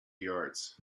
yards